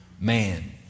man